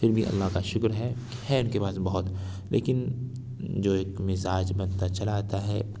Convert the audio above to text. فر بھی اللہ کا شکر ہے ہے ان کے پاس بہت لیکن جو ایک مزاج بنتا چلا آتا ہے